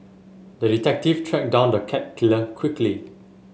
the detective tracked down the cat killer quickly